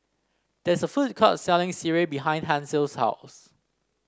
there's a food court selling sireh behind Hansel's house